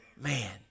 man